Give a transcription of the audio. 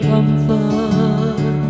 Comfort